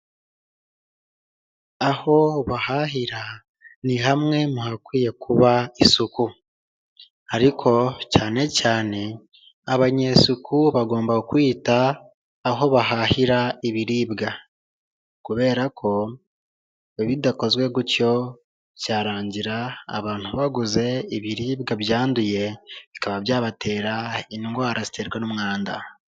Aho bahahira ni hamwe mu hakwiye kuba isuku ariko cyane cyane abanyesuku bagomba kwita aho bahahira ibiribwa, kubera koba bidakozwe gutyo byarangira abantu baguze ibiribwa byanduye bikaba byabatera indwara ziterwa n'umwanda.